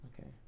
okay